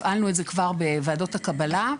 הפעלנו את זה כבר בוועדות הקבלה,